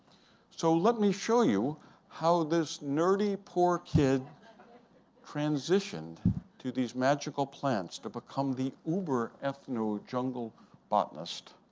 so let me show you how this nerdy, poor kid transitioned to these magical plants to become the uber ethno jungle botanist,